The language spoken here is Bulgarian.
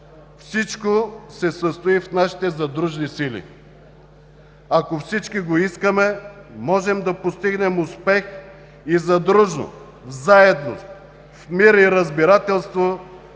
„Всичко се състои в нашите задружни сили“. Ако всички го искаме, можем да постигнем успех и задружно, заедно, в мир и разбирателство